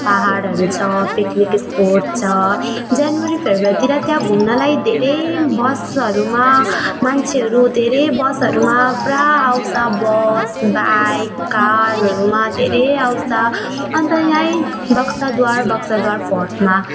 पहाडहरू छ picnic spot छ जनवरी फ्रेब्रुअरीतिर त्यहाँ घुम्नलाई धेरै बसहरूमा मान्छेहरू धेरै बसहरूमा पुरा आउँछ बस बाइक कारहरूमा धेरै आउँछ अन्त यही बक्साद्वार बक्साद्वार फोर्टमा